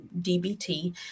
DBT